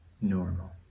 normal